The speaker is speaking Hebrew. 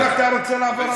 גם אתה רוצה לעבור על התקנון?